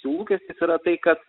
jų lūkestis yra tai kad